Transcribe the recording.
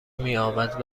میامد